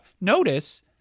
notice